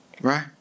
right